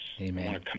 Amen